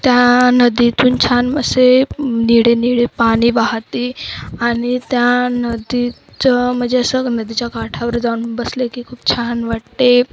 त्या नदीतून छान असे निळे निळे पाणी वाहते आणि त्या नदीचं म्हणजे असं नदीच्या काठावर जाऊन बसले की खूप छान वाटते